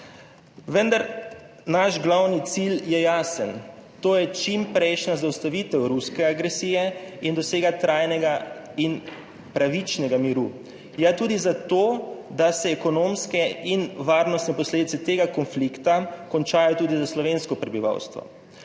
vendar, naš glavni cilj je jasen, to je čimprejšnja zaustavitev ruske agresije in dosega trajnega in pravičnega miru. Ja, tudi zato, da se ekonomske in varnostne posledice tega konflikta končajo tudi za slovensko prebivalstvo.